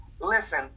listen